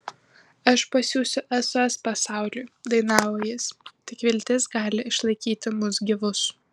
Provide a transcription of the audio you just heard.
aš pasiųsiu sos pasauliu dainavo jis tik viltis gali išlaikyti mus gyvus